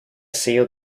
sello